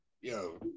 Yo